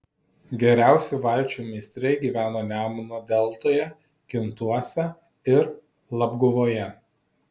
geriausi valčių meistrai gyveno nemuno deltoje kintuose ir labguvoje